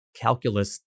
calculus